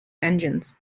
engines